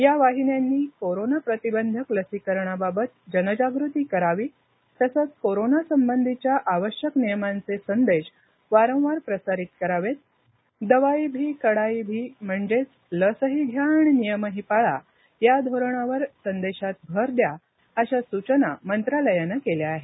या वाहिन्यांनी कोरोना प्रतिबंधक लसीकरणाबाबत जनजागृती करावी तसंच कोरोना संबंधीच्या आवश्यक नियमांचे संदेश वारंवार प्रसारित करावेत दवाई भी कडाई भी म्हणजेच लसही घ्या आणि नियमही पाळा या धोरणावर संदेशात भर द्या अशा सूचना मंत्रालयानं केल्या आहेत